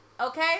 okay